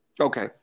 Okay